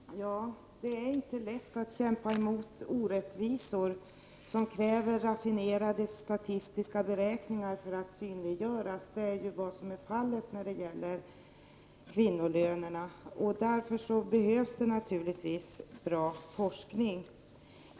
Fru talman! Det är inte lätt att kämpa emot orättvisor som kräver raffinerade statistiska beräkningar för att synliggöras. Och det är ju också vad som är fallet när det gäller kvinnolönerna. Därför behövs det naturligtvis bra forskning.